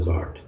God